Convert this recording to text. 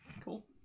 Cool